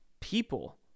people